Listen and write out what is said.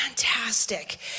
fantastic